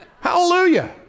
Hallelujah